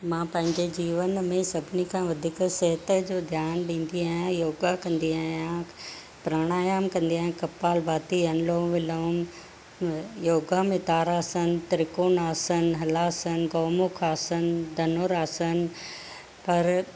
मां पंहिंजे जीवन में सभिनी खां वधीक सिहत जो ध्यानु ॾींदी आहियां योगा कंदी आहियां प्राणायाम कंदी आहियां कपालभाति अनुलोम विलोम योगा में ताड़ासन त्रिकोनासन हलासन गौमुख आसन धनुरासन पर